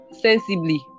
sensibly